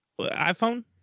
iPhone